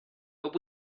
but